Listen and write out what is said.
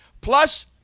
Plus